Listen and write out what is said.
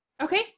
okay